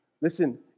Listen